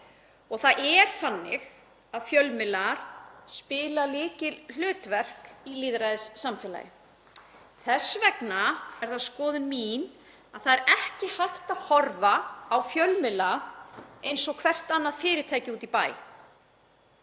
fyrir því. Fjölmiðlar spila lykilhlutverk í lýðræðissamfélagi. Þess vegna er það skoðun mín að ekki sé hægt að horfa á fjölmiðla eins og hvert annað fyrirtæki úti í bæ.